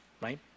Right